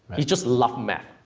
he just loves math.